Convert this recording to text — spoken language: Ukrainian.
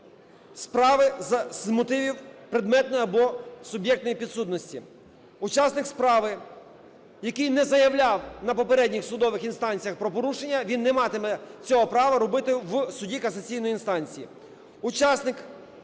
справи з мотивів предметної або суб'єктної підсудності. Учасник справи, який не заявляв на попередніх судових інстанціях про порушення, він не матиме цього права робити в суді касаційної інстанції.